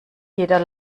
jeder